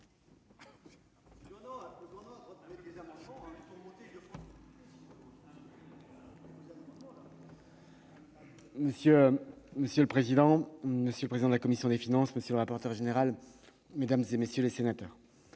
Monsieur le président, monsieur le président de la commission des finances, messieurs les rapporteurs généraux, mesdames, messieurs les sénateurs,